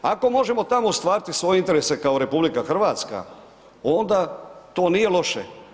Ako možemo tamo ostvariti svoje interese kao RH, onda to nije loše.